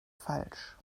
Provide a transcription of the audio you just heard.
falsch